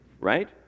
right